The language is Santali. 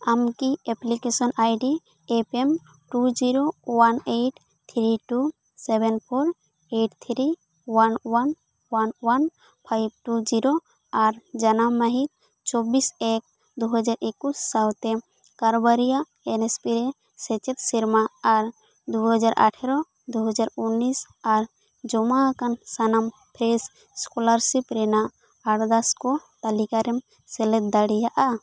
ᱟᱢ ᱠᱤ application ID F M two zero one eight three two seven four eight three one one one one five two zero ᱟᱨ ᱡᱟᱱᱟᱢ ᱢᱟᱹᱦᱤᱛ ᱪᱚᱵᱵᱤᱥ ᱮᱠ ᱫᱩ ᱦᱟᱡᱟᱨ ᱮᱠᱩᱥ ᱥᱟᱣᱛᱮ ᱠᱟᱨᱵᱟᱨᱤᱭᱟᱜ ᱮᱱ ᱮᱥ ᱯᱤ ᱨᱮ ᱥᱮᱪᱮᱫ ᱥᱮᱨᱢᱟ ᱟᱨ ᱫᱩ ᱦᱟᱡᱟᱨ ᱟᱴᱷᱮᱨᱳ ᱫᱩ ᱦᱟᱡᱟᱨ ᱩᱱᱤᱥ ᱟᱨ ᱡᱚᱢᱟ ᱟᱠᱟᱱ ᱥᱟᱱᱟᱢ ᱯᱷᱨᱮᱥ ᱥᱠᱚᱞᱟᱨᱥᱤᱯ ᱨᱮᱱᱟᱜ ᱟᱨᱫᱟᱥ ᱠᱚ ᱛᱟᱹᱞᱤᱠᱟ ᱨᱮᱢ ᱥᱮᱞᱮᱫ ᱫᱟᱲᱮᱭᱟᱜᱼᱟ